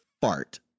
fart